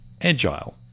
agile